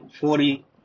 forty